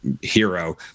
hero